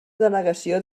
delegació